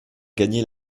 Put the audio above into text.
gagné